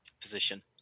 position